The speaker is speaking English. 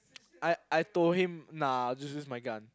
I I told him nah just use my gun